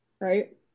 right